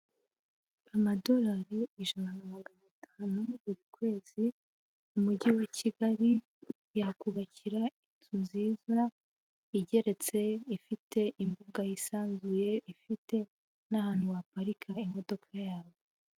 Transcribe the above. Amadolari ijana na magana atanu buri kwezi mu Mujyi wa kigali, yakubakira inzu nziza igeretse ifite imbuga yisanzuye ifite n'ahantu waparika imodoka yawe.